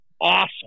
Awesome